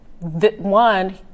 one